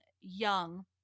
young